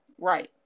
Right